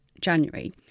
January